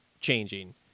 changing